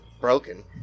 broken